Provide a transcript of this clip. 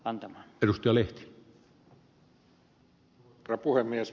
arvoisa herra puhemies